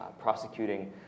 prosecuting